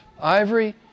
ivory